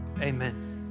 amen